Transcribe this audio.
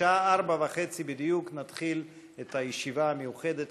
בשעה 16:30 בדיוק נתחיל את הישיבה המיוחדת